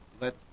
let